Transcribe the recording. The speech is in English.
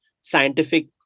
scientific